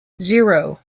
zero